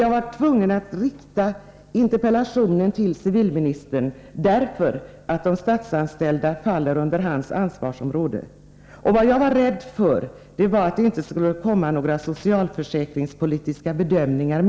Jag var tvungen att rikta interpellationen till civilministern därför att de statsanställda faller under hans ansvarsområde. Men jag var rädd för att det inte skulle komma med några socialförsäkringspolitiska bedömningar.